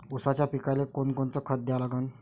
ऊसाच्या पिकाले कोनकोनचं खत द्या लागन?